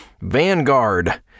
Vanguard